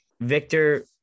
Victor